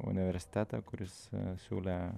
universitetą kuris siūlė